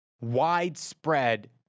widespread